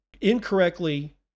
incorrectly